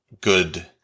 good